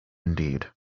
indeed